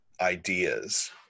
ideas